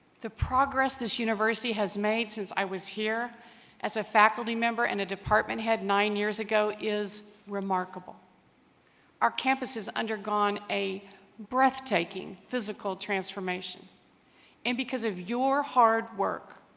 the progress this university has made since i was here as a faculty member and a department head nine years ago is remarkable our campus is undergone a breathtaking physical transformation and because of your hard work